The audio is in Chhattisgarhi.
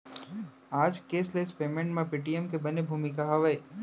आज केसलेस पेमेंट म पेटीएम के बने भूमिका हावय